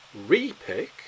repick